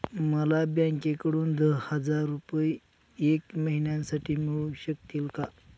मला बँकेकडून दहा हजार रुपये एक महिन्यांसाठी मिळू शकतील का?